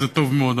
וזה טוב מאוד.